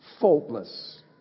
faultless